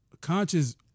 conscious